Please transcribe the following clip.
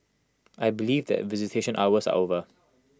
I believe that visitation hours are over